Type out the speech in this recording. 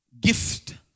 gift